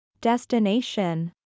Destination